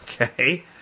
Okay